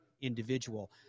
individual